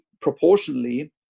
proportionally